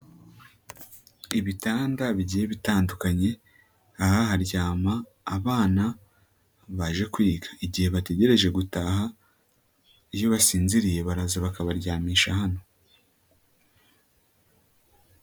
Ibitanda bigiye bitandukanye aha haryama abana baje kwiga, igihe bategereje gutaha iyo basinziriye baraza bakabaryamisha hano.